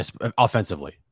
offensively